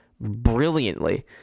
brilliantly